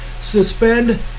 suspend